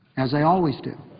as they always do.